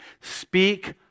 Speak